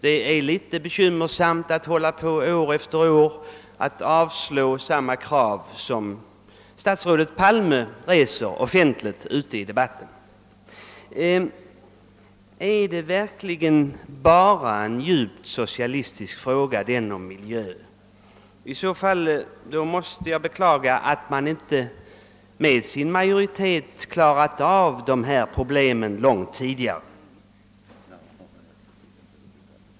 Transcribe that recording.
Det måste vara bekymmersamt att år efter år avslå samma krav som statsrådet Palme reser i den offentliga debatten. är det verkligen bara en djupt socialdemokratisk fråga denna om miljön? Om så är beklagar jag att inte socialdemokraterna med sin majoritet har klarat av dessa problem långt tidigare.